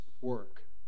work